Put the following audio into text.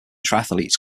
triathletes